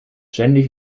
ständig